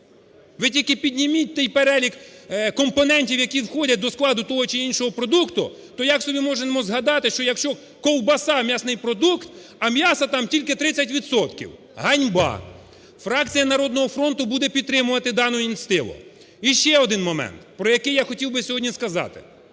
Ви тільки підніміть той перелік компонентів, які входять до складу того чи іншого продукту, то як собі можемо згадати, що якщо ковбаса – м'ясний продукт, а м'яса там тільки 30 відсотків. Ганьба! Фракція "Народного фронту" буде підтримувати дану ініціативу. І ще один момент, про який я хоті би сьогодні сказати.